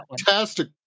Fantastic